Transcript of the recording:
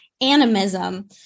animism